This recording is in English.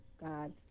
God